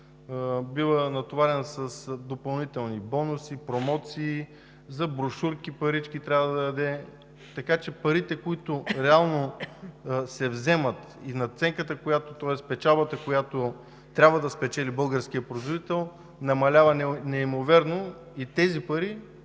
бива натоварен с допълнителни бонуси, промоции, парички за брошурки трябва да даде, така че парите, които реално се вземат, и печалбата, която трябва да спечели българският производител, намалява неимоверно и тези пари